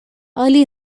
early